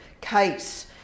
case